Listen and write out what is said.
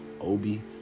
Obi